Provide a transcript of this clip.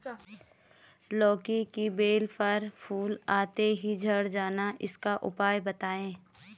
लौकी की बेल पर फूल आते ही झड़ जाना इसका उपाय बताएं?